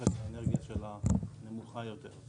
שתצרוכת האנרגיה שלה נמוכה יותר.